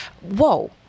whoa